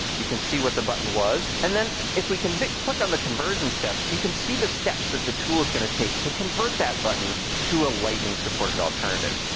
you can see what the button was. and then if we can click on the conversion steps, you can see the steps that the tool is gonna take to convert that button to a lightning-supported alternative.